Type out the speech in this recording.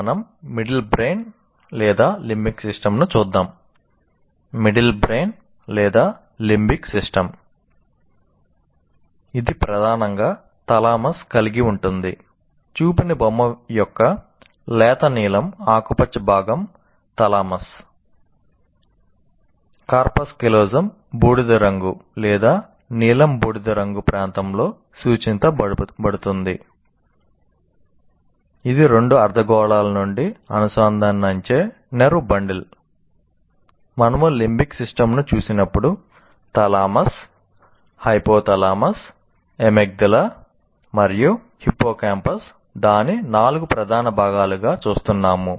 middle brain లేదా limbic system దాని నాలుగు ప్రధాన భాగాలుగా చూస్తున్నాము